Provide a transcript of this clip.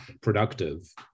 productive